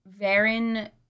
Varen